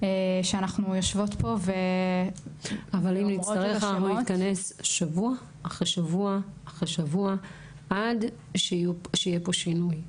אבל אם נצטרך אנחנו נתכנס שבוע אחרי שבוע אחרי שבוע עד שיהיה פה שינוי.